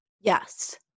Yes